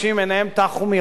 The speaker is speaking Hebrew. מן הראוי להקשיב,